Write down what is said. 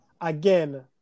again